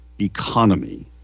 economy